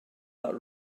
that